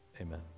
Amen